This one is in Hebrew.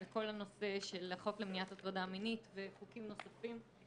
בכל הנושא של החוק למניעת הטרדה מינית וחוקים נוספים.